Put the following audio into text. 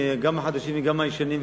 גם החדשים וגם הישנים,